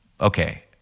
okay